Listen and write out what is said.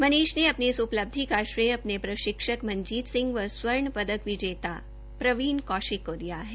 मनीष ने अपनी इस उपलब्धि का श्रेय अपने प्रशिक्षक मनजीत सिंह व स्वर्ण पदक विजेता प्रवीण कौशिक को दिया है